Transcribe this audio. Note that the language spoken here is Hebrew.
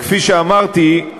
כפי שאמרתי,